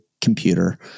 computer